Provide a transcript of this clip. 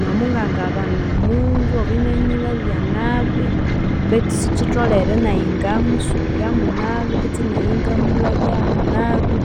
N'omungangabana omundu obwo inanyilhabya nabi, betu sikitholhere nayi ingamusubiryamu nabi kutse nayi ingamulhabyamu nabi